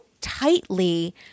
tightly